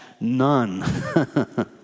None